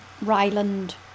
Ryland